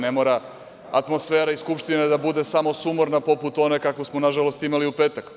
Ne mora atmosfera iz Skupštine da bude samo sumorna, poput one kakvu smo, na žalost, imali u petak.